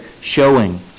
showing